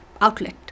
outlet